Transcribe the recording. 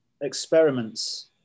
experiments